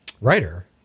writer